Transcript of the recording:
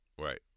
Right